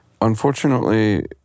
Unfortunately